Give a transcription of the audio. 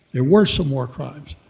there were some war crimes.